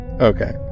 Okay